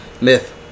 Myth